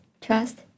trust